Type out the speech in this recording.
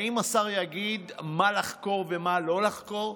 האם השר יגיד מה לחקור ומה לא לחקור?